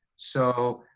so,